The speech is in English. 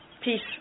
peace